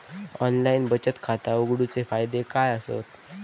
Online बचत खाता उघडूचे फायदे काय आसत?